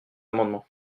amendement